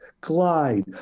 glide